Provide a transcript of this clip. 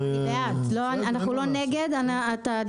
אנחנו לא נגד, אני בעד.